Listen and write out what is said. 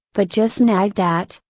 but just nagged at,